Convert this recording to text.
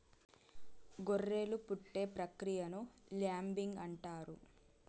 గొర్రెలు పుట్టే ప్రక్రియను ల్యాంబింగ్ అంటారు